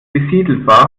besiedelt